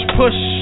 push